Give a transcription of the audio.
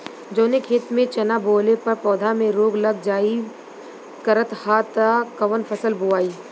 जवने खेत में चना बोअले पर पौधा में रोग लग जाईल करत ह त कवन फसल बोआई?